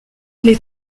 les